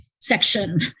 section